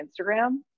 Instagram